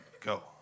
go